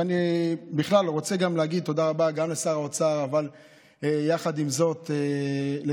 ואני בכלל רוצה להגיד תודה רבה גם לשר האוצר ויחד עם זאת לתמיר,